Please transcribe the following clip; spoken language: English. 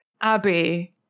Abby